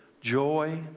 joy